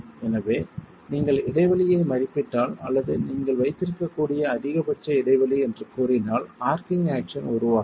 எனவே நீங்கள் இடைவெளியை மதிப்பிட்டால் அல்லது நீங்கள் வைத்திருக்கக்கூடிய அதிகபட்ச இடைவெளி என்று கூறினால் ஆர்கிங் ஆக்சன் உருவாகும்